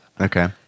Okay